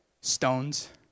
stones